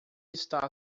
está